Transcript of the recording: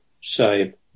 save